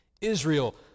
Israel